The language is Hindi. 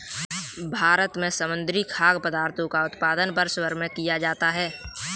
भारत में समुद्री खाद्य पदार्थों का उत्पादन वर्षभर किया जाता है